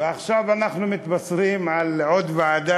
ועכשיו אנחנו מתבשרים על עוד ועדה